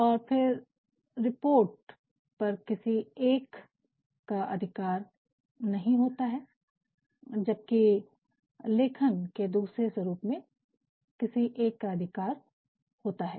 और फिर रिपोर्ट पर किसी एक का अधिकार नहीं होता है जबकि लेखन के दूसरे स्वरूप में किसी एक का अधिकार होता है